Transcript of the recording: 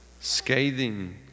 scathing